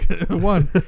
One